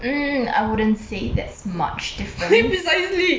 mm I wouldn't say that's much difference